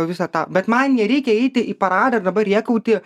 visą tą bet man nereikia eiti į paradą dabar rėkauti